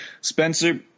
Spencer